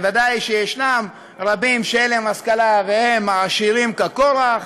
ודאי שיש רבים שאין להם השכלה והם עשירים כקורח,